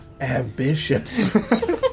Ambitious